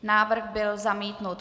Návrh byl zamítnut.